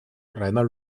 reiner